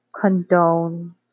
condone